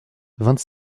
vingt